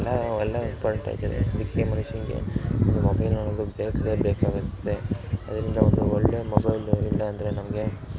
ಎಲ್ಲ ಅವೆಲ್ಲ ಇಂಪಾರ್ಡೆಂಟ್ ಆಯ್ತದೆ ಅದಕ್ಕೆ ಮನುಷ್ಯನ್ಗೆ ಈಗ ಮೊಬೈಲ್ ಅನ್ನೋದು ಬೇಕೇ ಬೇಕಾಗುತ್ತೆ ಅದರಿಂದ ಒಂದು ಒಳ್ಳೆಯ ಮೊಬೈಲ್ ಇಲ್ಲ ಅಂದರೆ ನಮಗೆ